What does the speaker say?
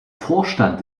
vorstand